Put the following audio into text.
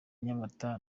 nyamata